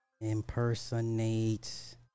impersonates